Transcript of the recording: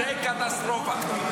זו קטסטרופה.